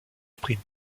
sprint